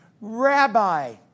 Rabbi